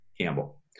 Campbell